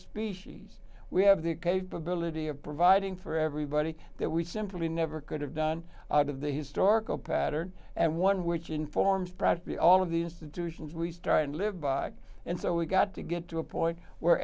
species we have the capability of providing for everybody that we simply never could have done out of the historical pattern and one which informs project the all of the institutions we start and live by and so we've got to get to a point where